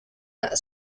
that